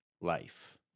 life